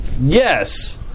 Yes